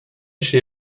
się